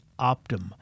Optum